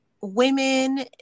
women